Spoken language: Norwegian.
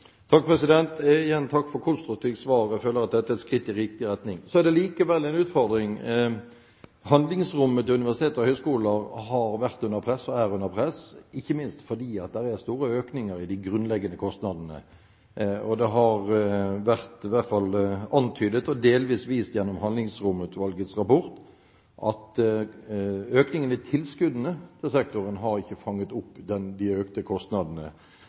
Igjen takk for konstruktivt svar. Jeg føler at dette er et skritt i riktig retning. Det er likevel en utfordring. Handlingsrommet til universiteter og høyskoler har vært og er under press, ikke minst fordi det er store økninger i de grunnleggende kostnadene. Det har vært i hvert fall antydet og delvis vist gjennom Handlingsromutvalgets rapport at økningen i tilskuddene til sektoren ikke har fanget opp de økte kostnadene.